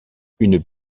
une